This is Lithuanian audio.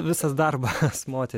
visas darbas moteriai